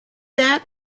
that